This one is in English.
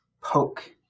poke